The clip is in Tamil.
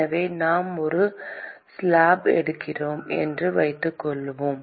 எனவே நாம் ஒரு ஸ்லாப் எடுக்கிறோம் என்று வைத்துக்கொள்வோம்